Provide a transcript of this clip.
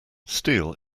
steel